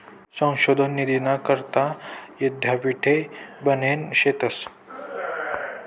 संशोधन निधीना करता यीद्यापीठे बनेल शेतंस